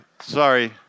Sorry